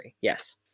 yes